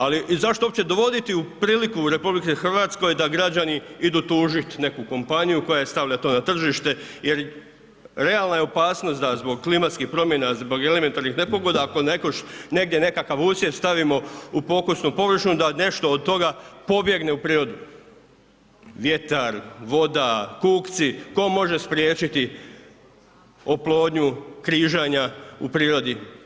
Ali zašto uopće dovoditi u priliku u RH da građani idu tužiti neku kompaniju koja je stavila to na tržište jer realna je opasnost da zbog klimatskih promjena, zbog elementarnih nepogoda ako negdje nekakav usjev stavimo u pokusnu površinu da nešto od toga pobjegne u prirodu, vjetar, voda, kukci, tko može spriječiti oplodnju križanja u prirodi?